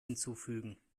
hinzufügen